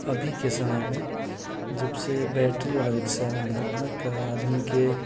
अभीके समयमे जबसँ बैटरीवला रिक्शा निकलक आदमीके